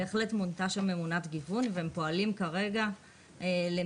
מונתה שם ממונת גיוון והם פועלים כרגע למיפוי.